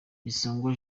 bisangwa